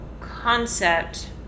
concept